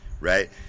right